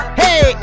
hey